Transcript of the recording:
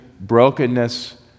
brokenness